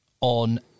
on